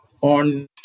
on